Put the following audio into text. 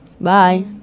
Bye